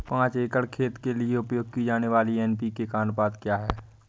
पाँच एकड़ खेत के लिए उपयोग की जाने वाली एन.पी.के का अनुपात क्या है?